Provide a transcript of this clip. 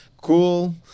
Cool